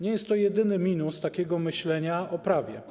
Nie jest to jedyny minus takiego myślenia o prawie.